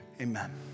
Amen